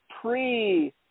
pre